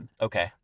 Okay